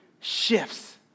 shifts